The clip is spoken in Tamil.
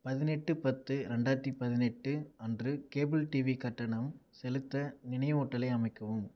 பதினெட்டு பத்து ரெண்டாயிரத்தி பதினெட்டு அன்று கேபிள் டிவி கட்டணம் செலுத்த நினைவூட்டலை அமைக்கவும்